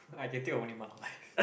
i can think of only